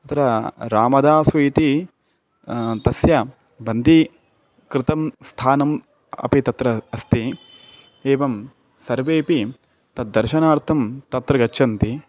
अत्र रामदासु इति तस्य बन्दीकृतं स्थानम् अपि तत्र अस्ति एवं सर्वेऽपि तद्दर्शनार्थं तत्र गच्छन्ति